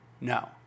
No